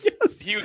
Yes